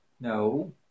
no